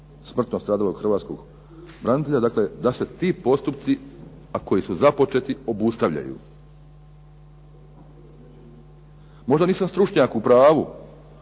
smrtno stradalog hrvatskog branitelja, dakle da se ti postupci, a koji su započeti, obustavljaju. Možda nisam stručnjak u pravu